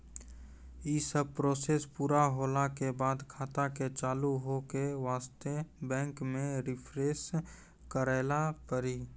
यी सब प्रोसेस पुरा होला के बाद खाता के चालू हो के वास्ते बैंक मे रिफ्रेश करैला पड़ी?